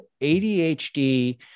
ADHD